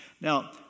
Now